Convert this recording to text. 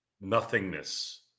nothingness